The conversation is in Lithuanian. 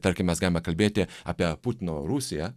tarkim mes game kalbėti apie putino rusiją